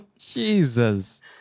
Jesus